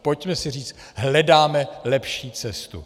Pojďme si říct: hledáme lepší cestu.